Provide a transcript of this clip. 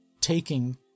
taking